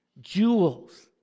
jewels